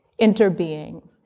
interbeing